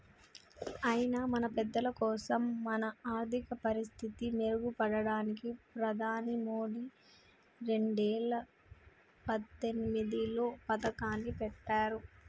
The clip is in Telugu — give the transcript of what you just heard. అయినా మన పెద్దలకోసం మన ఆర్థిక పరిస్థితి మెరుగుపడడానికి ప్రధాని మోదీ రెండేల పద్దెనిమిదిలో పథకాన్ని పెట్టారు